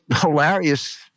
hilarious